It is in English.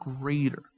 greater